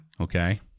Okay